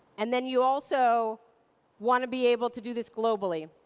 and then, you also want to be able to do this globally.